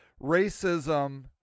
racism